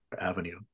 Avenue